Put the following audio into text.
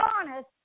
honest